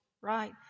right